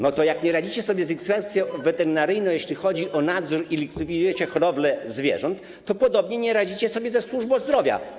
No to jak nie radzicie sobie z inspekcją weterynaryjną, jeśli chodzi o nadzór, i likwidujecie hodowlę zwierząt, to podobnie nie radzicie sobie ze służbą zdrowia.